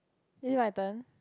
this is my turn